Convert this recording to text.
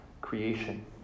creation